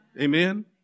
Amen